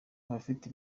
abafite